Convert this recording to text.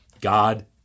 God